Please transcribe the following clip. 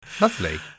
Lovely